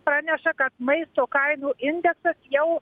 praneša kad maisto kainų indeksas jau